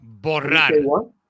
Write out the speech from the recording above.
Borrar